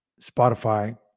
Spotify